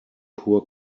poor